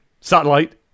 Satellite